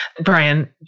Brian